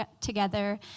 together